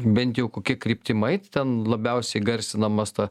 bent jau kokia kryptim eit ten labiausiai garsinamas ta